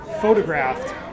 photographed